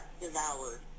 devoured